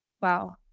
Wow